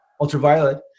ultraviolet